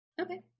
Okay